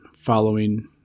following